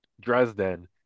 Dresden